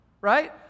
Right